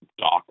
dock